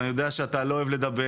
ואני יודע שאתה לא אוהב לדבר,